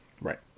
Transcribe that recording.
Right